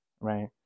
right